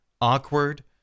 awkward